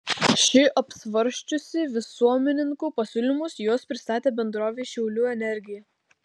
ši apsvarsčiusi visuomenininkų pasiūlymus juos pristatė bendrovei šiaulių energija